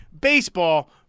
baseball